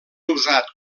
usat